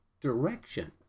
direction